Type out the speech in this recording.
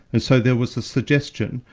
and so there was a suggestion,